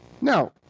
Now